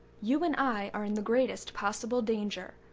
you and i are in the greatest possible danger.